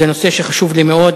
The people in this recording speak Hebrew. זה נושא שהוא חשוב לי מאוד,